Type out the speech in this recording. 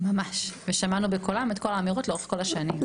ממש, ושמענו בקולם את כל האמירות לאורך כל השנים.